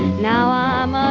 now i'm